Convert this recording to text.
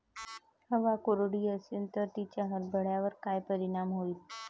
हवा कोरडी अशीन त तिचा हरभऱ्यावर काय परिणाम होईन?